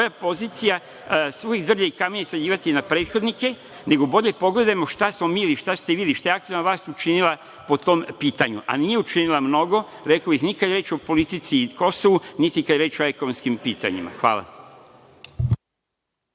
svoja pozicija, svo drvlje i kamenje svaljivati na prethodnike, nego bolje pogledajmo šta smo mi ili šta ste vi, šta je aktuelna vlast učinila po tom pitanju, a nije učinila mnogo, rekao bih, ni kada je reč o politici i Kosovu, niti kad je reč o ekonomskim pitanjima. Hvala.